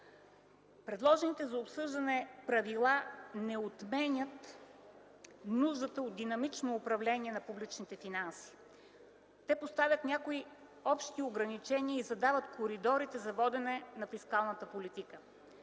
Предложените за обсъждане правила не отменят нуждата от динамично управление на публичните финанси. Те поставят някои общи ограничения и създават коридорите за водене на фискалната политика.